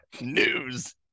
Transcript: News